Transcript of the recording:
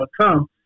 come